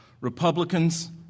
republicans